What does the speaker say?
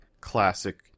classic